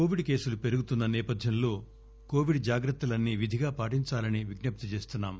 Covid కేసులు పెరుగుతున్న నేపథ్యంలో కోవిడ్ జాగ్రత్తలన్నీ విధిగా పాటించాలని విజ్ఞప్తి చేస్తున్నాం